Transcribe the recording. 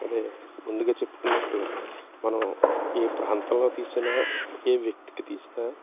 అదే ముందుగా చెప్పుకున్నట్టు మనం ఏ ప్రాంతంలో తీసినా ఏ వ్యక్తికి తీసినా